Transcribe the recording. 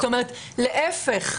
להפך,